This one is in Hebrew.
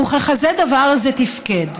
וככזה הדבר זה תפקד.